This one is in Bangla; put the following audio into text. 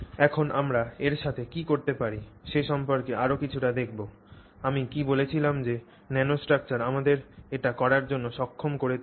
এখন আমরা এর সাথে কী করতে পারি সে সম্পর্কে আরও কিছুটা দেখব আমি কী বলেছিলাম যে ন্যানোস্ট্রাকচার আমাদের এটি করার জন্য সক্ষম করে তুলছে